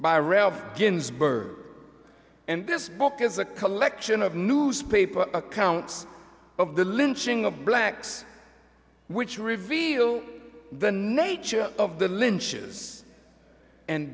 by ralph ginsberg and this book is a collection of newspaper accounts of the lynching of blacks which reveal the nature of the